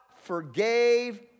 forgave